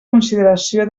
consideració